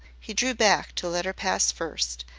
he drew back to let her pass first,